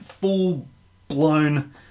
full-blown